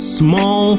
small